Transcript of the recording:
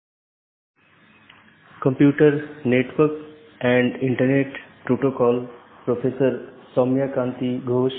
नमस्कार हम computer network और इंटरनेट पाठ्यक्रम पर अपनी चर्चा जारी रखेंगे